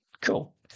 Cool